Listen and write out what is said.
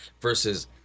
versus